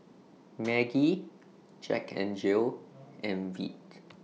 Maggi Jack N Jill and Veet